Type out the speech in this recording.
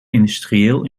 industrieel